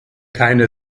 keine